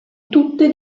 tutte